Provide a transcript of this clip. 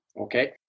okay